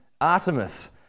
Artemis